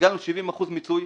הגענו ל-70% מיצוי,